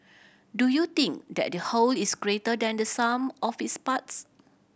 do you think that the whole is greater than the sum of its parts